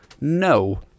No